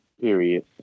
Period